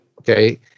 Okay